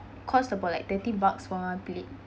cost about like thirty bucks for one plate